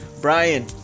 Brian